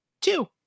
two